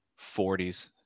40s